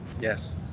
Yes